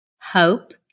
hope